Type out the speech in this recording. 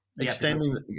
extending